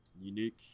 Unique